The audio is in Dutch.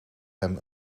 hem